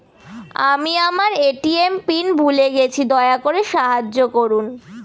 আমি আমার ATM PIN ভুলে গেছি, দয়া করে সাহায্য করুন